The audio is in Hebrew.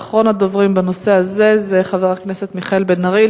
ואחרון הדוברים בנושא הזה הוא חבר הכנסת מיכאל בן-ארי.